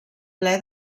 ple